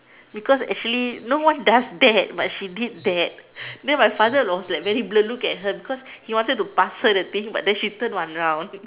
because actually no one does that but she did that then my father was like very blur look at her because he wanted to pass her the thing but then she turn one round